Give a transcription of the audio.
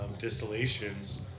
distillations